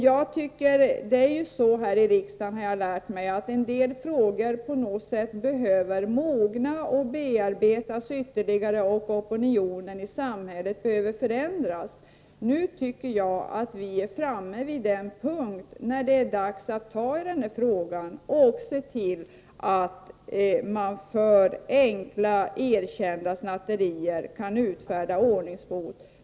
Jag har här i riksdagen lärt mig att en del frågor på något sätt behöver mogna och bearbetas ytterligare och att opinionen i samhället behöver förändras. Jag anser att vi nu är framme vid den punkt där det är dags att agera i den här frågan och se till att man för enkla, erkända, snatterier kan utfärda ordningsbot.